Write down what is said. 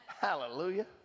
Hallelujah